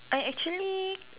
I actually